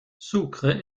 sucre